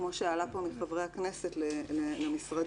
כמו שעלה פה מחברי הכנסת למשרדים,